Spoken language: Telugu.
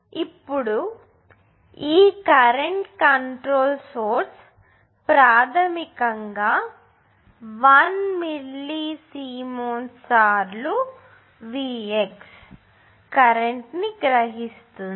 ఇప్పుడు ఈ కరెంట్ కంట్రోల్ సోర్స్ ప్రాథమికంగా 1 మిల్లీ సిమెన్స్ సార్లు Vx కరెంట్ ని గ్రహిస్తుంది